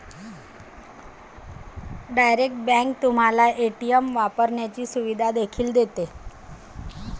direct bank तुम्हाला ATM वापरण्याची सुविधा देखील देते